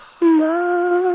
love